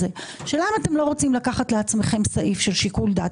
השאלה אם אתם לא רוצים לקחת לעצמכם סעיף של שיקול דעת.